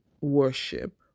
worship